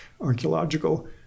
archaeological